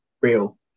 real